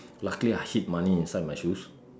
luckily I hid money inside my shoes